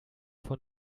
von